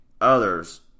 others